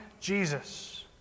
Jesus